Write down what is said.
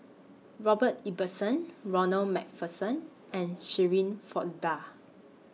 Robert Ibbetson Ronald MacPherson and Shirin Fozdar